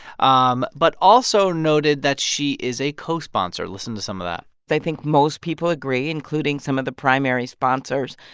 um but also noted that she is a co-sponsor. listen to some of that i think most people agree, including some of the primary sponsors,